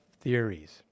theories